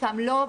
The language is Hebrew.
חלקם לא,